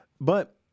But-